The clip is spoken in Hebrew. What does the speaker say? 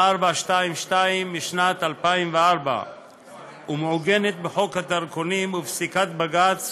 2422 משנת 2004 ומעוגנת בחוק הדרכונים ובפסיקת בג"ץ,